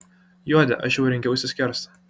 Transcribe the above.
juodę aš jau rengiausi skerst